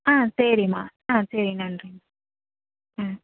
ஆ சரிம்மா ஆ சரி நன்றி ம்